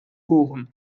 kuchen